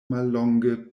mallonge